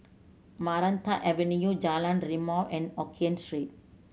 Maranta Avenue Jalan Rimau and Hokien Street